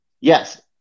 Yes